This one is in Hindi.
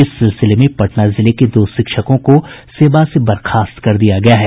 इस सिलसिले में पटना जिले के दो शिक्षकों को सेवा से बर्खास्त कर दिया गया है